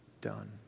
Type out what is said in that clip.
done